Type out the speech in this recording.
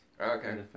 Okay